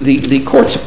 the cour